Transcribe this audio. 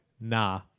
nah